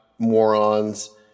morons